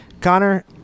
Connor